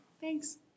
thanks